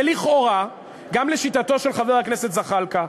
ולכאורה גם לשיטתו של חבר הכנסת זחאלקה,